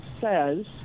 says